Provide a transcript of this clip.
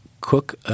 cook